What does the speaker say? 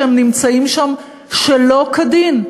במקומות שהם נמצאים שם שלא כדין.